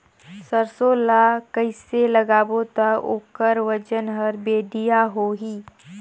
सरसो ला कइसे लगाबो ता ओकर ओजन हर बेडिया होही?